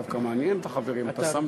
דווקא מעניין את החברים, אתה שם לב?